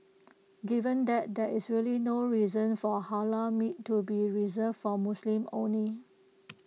given that there is really no reason for Halal meat to be reserved for Muslims only